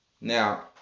Now